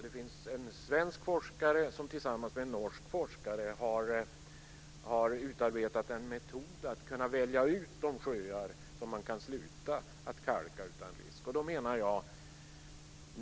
Det finns en svensk forskare som tillsammans med en norsk forskare har utarbetat en metod att kunna välja ut de sjöar som man kan sluta att kalka utan risk.